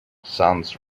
sons